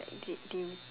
like they they